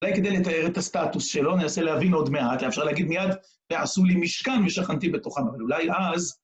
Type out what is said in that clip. אולי כדי לתאר את הסטטוס שלו, ננסה להבין עוד מעט, לאפשר להגיד מיד, שעשו לי משכן ושכנתי בתוכן, אבל אולי אז...